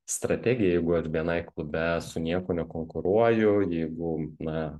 strategija jeigu aš bni klube su niekuo nekonkuruoju jeigu na